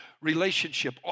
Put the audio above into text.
relationship